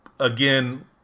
Again